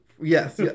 Yes